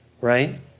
right